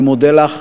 אני מודה לָך,